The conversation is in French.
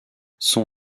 son